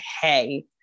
hey